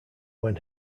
when